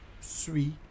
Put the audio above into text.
suis